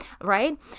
right